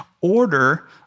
order